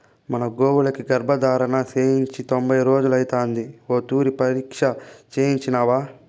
మన గోవులకి గర్భధారణ చేయించి తొంభై రోజులైతాంది ఓ తూరి పరీచ్ఛ చేయించినావా